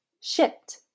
shipped